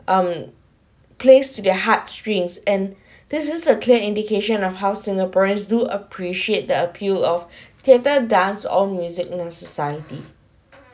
um placed to their heart strings and this is a clear indication of how singaporeans do appreciate the appeal of theatre dance on music in our society